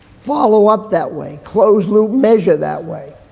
follow up that way. close loop measure that way.